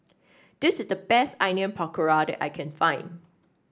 this is the best Onion Pakora that I can find